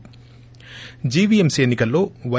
ి జీవీఎంసీ ఎన్ని కల్లో వై